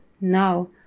now